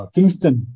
Kingston